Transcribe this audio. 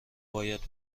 باید